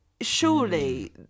surely